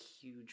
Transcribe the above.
huge